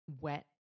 wet